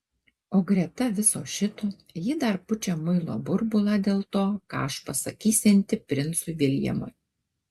o greta viso šito ji dar pučia muilo burbulą dėl to ką aš pasakysianti princui viljamui